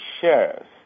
shares